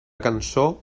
cançó